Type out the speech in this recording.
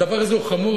הדבר הזה הוא חמור,